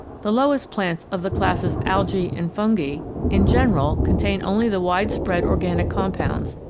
the lowest plants of the classes algse and fungi in general contain only the wide spread organic compounds,